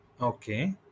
Okay